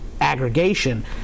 aggregation